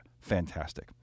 fantastic